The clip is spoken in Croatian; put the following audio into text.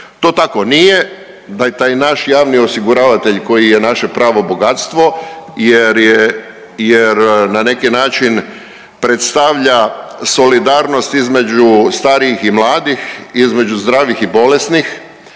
To tako nije, taj naš javni osiguravatelj koji je naše pravo bogatstvo jer je, jer na neki način predstavlja solidarnost između starijih i mladih, između zdravih i bolesnih